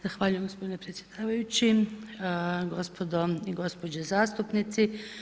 Zahvaljujem gospodine predsjedavajući, gospodo i gospođe zastupnici.